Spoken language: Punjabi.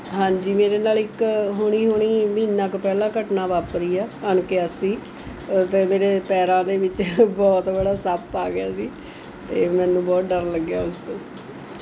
ਹਾਂਜੀ ਮੇਰੇ ਨਾਲ ਇੱਕ ਹੁਣੀ ਹੁਣੀ ਮਹੀਨਾ ਕੁ ਪਹਿਲਾਂ ਘਟਨਾ ਵਾਪਰੀ ਹੈ ਅਣਕਿਆਸੀ ਅਤੇ ਮੇਰੇ ਪੈਰਾਂ ਦੇ ਵਿੱਚ ਬਹੁਤ ਬੜਾ ਸੱਪ ਆ ਗਿਆ ਸੀ ਅਤੇ ਮੈਨੂੰ ਬਹੁਤ ਡਰ ਲੱਗਿਆ ਉਸ ਤੋਂ